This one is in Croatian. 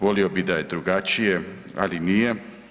Volio bi da je drugačije, ali nije.